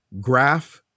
graph